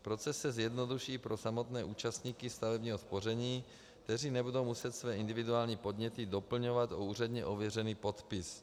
Proces se zjednoduší pro samotné účastníky stavebního spoření, kteří nebudou muset své individuální podněty doplňovat o úředně ověřený podpis.